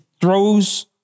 throws